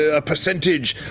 a percentage,